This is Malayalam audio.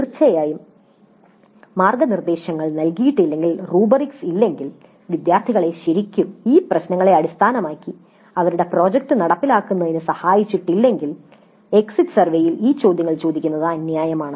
തീർച്ചയായും മാർഗ്ഗനിർദ്ദേശങ്ങൾ നൽകിയിട്ടില്ലെങ്കിൽ റുബ്രിക്സ് ഇല്ലെങ്കിൽ വിദ്യാർത്ഥികളെ ശരിക്കും ഈ പ്രശ്നങ്ങളെ അടിസ്ഥാനമാക്കി അവരുടെ പ്രോജക്റ്റ് നടപ്പിലാക്കുന്നതിന് സഹായിച്ചിട്ടില്ലെങ്കിൽ എക്സിറ്റ് സർവേയിൽ ഈ ചോദ്യങ്ങൾ ചോദിക്കുന്നത് അന്യായമാണ്